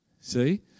See